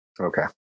Okay